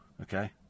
Okay